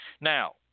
Now